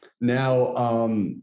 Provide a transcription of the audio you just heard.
Now